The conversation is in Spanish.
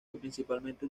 principalmente